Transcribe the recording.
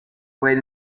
wait